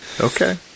Okay